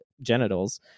genitals